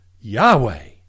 Yahweh